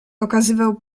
okazywał